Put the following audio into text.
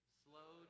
slow